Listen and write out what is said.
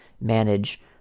manage